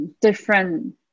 different